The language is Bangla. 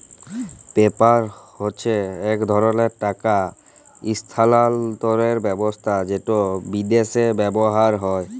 পেপ্যাল হছে ইক ধরলের টাকা ইসথালালতরের ব্যাবস্থা যেট বিদ্যাশে ব্যাভার হয়